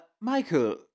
Michael